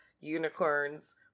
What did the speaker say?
unicorns